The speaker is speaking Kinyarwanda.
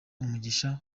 umugisha